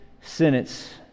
sentence